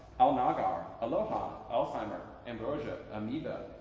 alnagar, aloha, alzheimer, ambrosia, amoeba,